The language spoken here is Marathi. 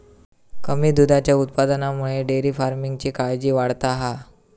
कमी दुधाच्या उत्पादनामुळे डेअरी फार्मिंगची काळजी वाढता हा